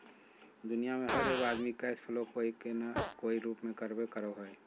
दुनिया में हर एगो आदमी कैश फ्लो कोय न कोय रूप में करबे करो हइ